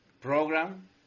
program